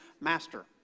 master